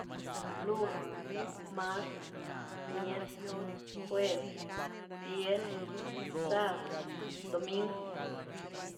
Lun, marty, miercw, juev, vier, sab, domingw